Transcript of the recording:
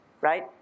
right